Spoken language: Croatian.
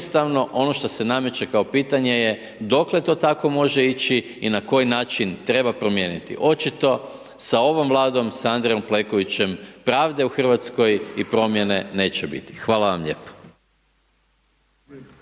jednostavno ono što se nameće kao pitanje je dokle to tako može ići na koji način treba promijeniti. Očito s ovom Vladom s Andrijom Plenkovićem pravda u Hrvatskoj i promjene neće biti. Hvala lijepo.